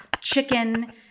chicken